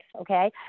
Okay